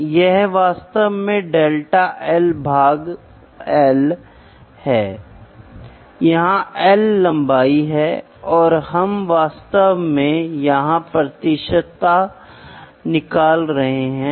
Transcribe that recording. इसलिए मेजरमेंट एक बहुत ही महत्वपूर्ण भूमिका निभाता है जब हम मापों के वर्गीकरण के बारे में बात करते हैं तो मापों को आमतौर पर मेकैनिज्म में वर्गीकृत किया जा सकता है और अगले को बिजली के प्रकारों द्वारा